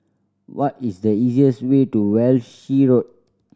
what is the easiest way to Walshe Road